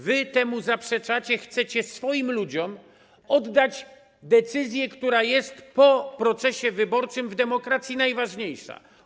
Wy temu zaprzeczacie, chcecie swoim ludziom oddać decyzję, która jest po procesie wyborczym w demokracji najważniejsza.